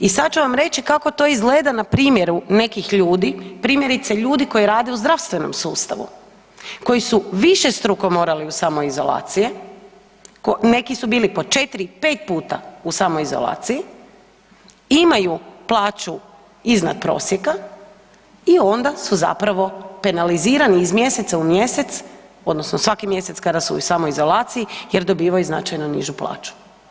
I sad ću vam reći kako to izgleda na primjeru nekih ljudi, primjerice ljudi koji rade u zdravstvenom sustavu, koji su višestruko morali u samoizolacije, neki su bili po 4-5 puta u samoizolaciji, imaju plaću iznad prosjeka i onda su zapravo penalizirani iz mjeseca u mjesec odnosno svaki mjesec kada su u samoizolaciji jer dobivaju značajno nižu plaću.